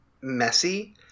messy